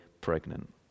pregnant